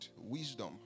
wisdom